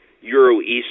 Euro-East